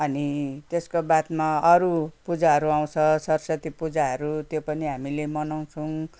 अनि त्यसको बादमा अरू पूजाहरू आउँछ सरसती पूजाहरू त्यो पनि हामीले मनाउँछौँ